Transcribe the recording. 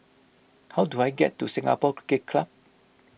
how do I get to Singapore Cricket Club